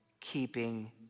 keeping